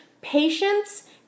Patience